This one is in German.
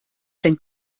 denn